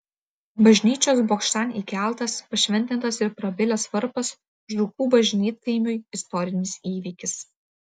bažnyčios bokštan įkeltas pašventintas ir prabilęs varpas žukų bažnytkaimiui istorinis įvykis